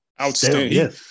Outstanding